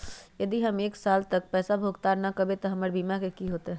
यदि हम एक साल तक पैसा भुगतान न कवै त हमर बीमा के की होतै?